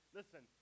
listen